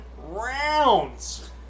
rounds